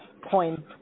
point